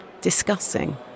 ...discussing